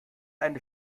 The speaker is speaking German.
eines